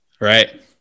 right